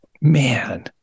man